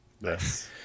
Yes